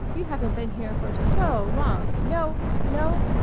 you haven't been here for so long no no!